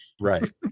Right